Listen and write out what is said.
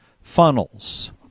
funnels